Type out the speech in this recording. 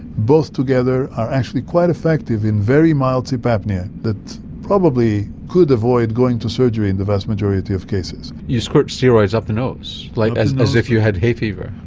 both together are actually quite effective in very mild sleep apnoea that probably could avoid going to surgery in the vast majority of cases. you squirt steroids up the nose, like as if you had hay fever.